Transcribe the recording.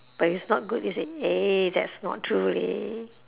but it's not good then you say eh that's not true leh